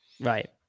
Right